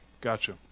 gotcha